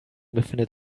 befindet